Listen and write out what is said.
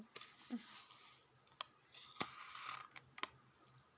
mm